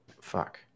Fuck